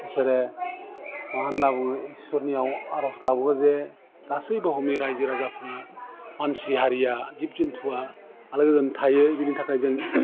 बिसोरो मा होन्ना बुङो इसोरनियाव आर'ज गाबो जे गासै बुहुमनि रायजो राजाफ्रा मानसि हारिया जिब जुन्थुआ आलो गोजोन थायो बेनि थाखाय जों